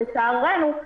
לצערנו,